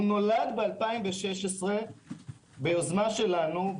הוא נולד ב-2016 ביוזמה שלנו,